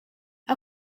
how